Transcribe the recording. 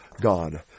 God